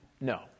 No